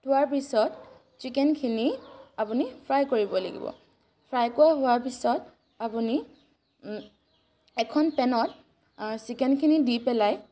থোৱাৰ পিছত চিকেনখিনি আপুনি ফ্ৰাই কৰিব লাগিব ফ্ৰাই কৰা হোৱাৰ পিছত আপুনি এখন পেনত চিকেনখিনি দি পেলাই